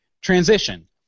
Transition